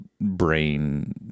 brain